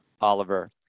Oliver